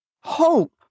Hope